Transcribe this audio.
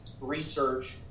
research